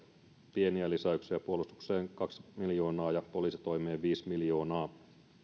pieniä lisäyksiä puolustukseen kaksi miljoonaa ja poliisitoimeen viisi miljoonaa